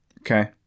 okay